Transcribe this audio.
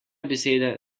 beseda